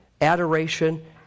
Adoration